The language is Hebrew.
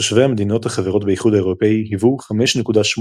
תושבי המדינות החברות באיחוד האירופי היוו 5.8%